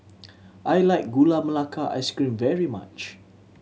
I like Gula Melaka Ice Cream very much